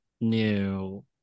new